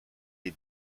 des